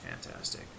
Fantastic